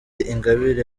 ingabire